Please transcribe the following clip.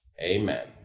Amen